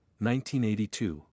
1982